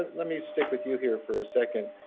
ah let me stick with you here for a second.